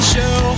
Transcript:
Show